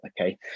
Okay